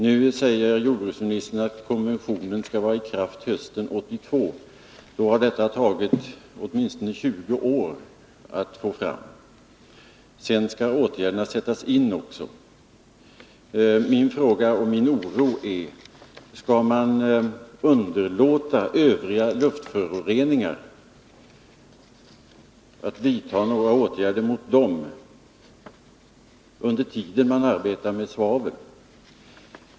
Nu säger jordbruksministern att konventionen skall vara i kraft hösten 1982. Då har det tagit åtminstone 20 år att få fram detta. Sedan skall åtgärderna sättas in. Min fråga och min oro gäller: Skall man underlåta att vidta några åtgärder mot övriga luftföroreningar under den tid då man arbetar med svavel?